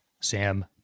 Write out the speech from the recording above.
Sam